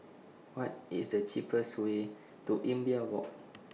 What IS The cheapest Way to Imbiah Walk